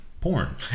Porn